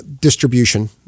distribution